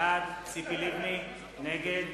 בעד ציפי לבני, נגד